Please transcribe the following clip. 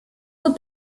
were